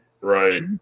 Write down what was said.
Right